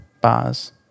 bars